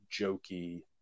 jokey